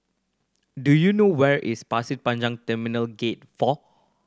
do you know where is Pasir Panjang Terminal Gate Four